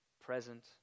Present